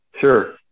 sure